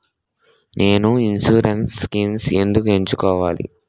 నేను insurance schemes ఎందుకు ఎంచుకోవాలి?